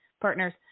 partners